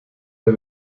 der